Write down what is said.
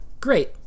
great